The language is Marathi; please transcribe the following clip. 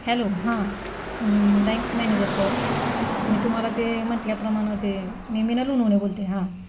हॅलो हां बँक मॅनेजर सर मी तुम्हाला ते म्हटल्याप्रमाणं ते मी मीनल उनउने बोलते हां